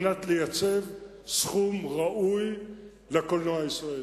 במגמה לייצב סכום ראוי לקולנוע הישראלי,